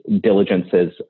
diligences